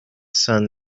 sun